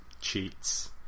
cheats